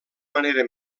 manera